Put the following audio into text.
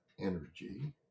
energy